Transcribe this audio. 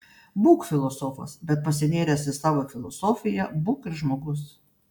būk filosofas bet pasinėręs į savo filosofiją būk ir žmogus